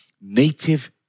native